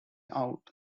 out